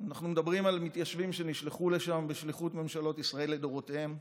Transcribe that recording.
אנחנו מדברים על מתיישבים שנשלחו לשם בשליחות ממשלות ישראל לדורותיהן.